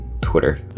Twitter